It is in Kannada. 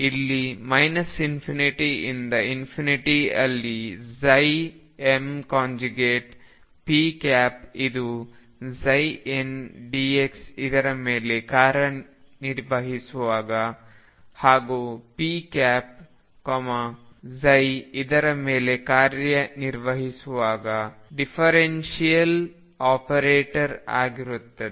ಇಲ್ಲಿ ∞ ಇಂದ ಅಲ್ಲಿ mp ಇದು ndx ಇದರ ಮೇಲೆ ಕಾರ್ಯನಿರ್ವಹಿಸುವಾಗ ಹಾಗೂ p ಇದರ ಮೇಲೆ ಕಾರ್ಯನಿರ್ವಹಿಸುವಾಗ ಡಿಫರೆನ್ಷಿಯಲ್ ಆಪರೇಟರ್ ಆಗಿರುತ್ತದೆ